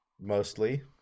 mostly